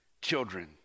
children